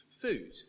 food